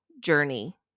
journey